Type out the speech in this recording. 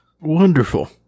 Wonderful